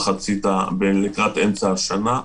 לקראת אמצע השנה.